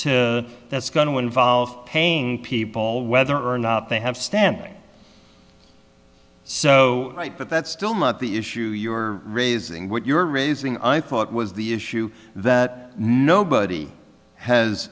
to that's going to involve paying people whether or not they have standing so right but that's still not the issue you're raising what you're raising i thought was the issue that nobody has